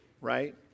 right